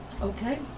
Okay